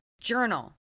journal